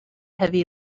heavy